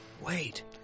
Wait